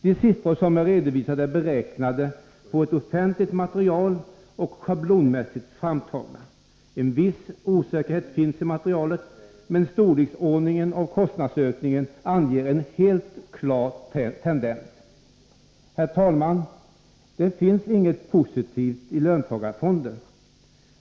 De siffror som jag redovisat är beräknade på offentligt material och schablonmässigt framtagna. En viss osäkerhet finns i materialet, men storleksordningen av kostnadsökningen anger en helt klar tendens. Herr talman! Det finns inget positivt i löntagarfonder.